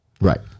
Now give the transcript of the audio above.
Right